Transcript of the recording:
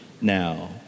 now